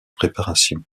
préparation